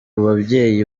babyeyi